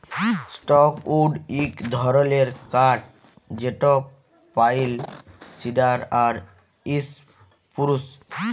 softwood ইক ধরলের কাঠ যেট পাইল, সিডার আর ইসপুরুস